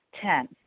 Ten